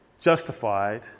justified